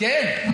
כן.